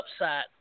upside